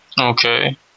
Okay